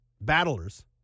battlers